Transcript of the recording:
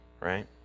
Right